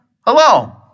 Hello